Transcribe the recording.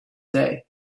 day